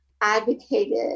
advocated